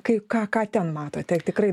kai ką ką ten matote ar tikrai